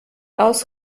aus